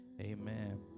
amen